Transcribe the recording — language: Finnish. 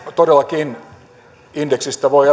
todellakin indeksistä voi